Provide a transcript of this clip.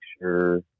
sure